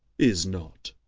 is not.